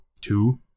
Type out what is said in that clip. Two